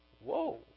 Whoa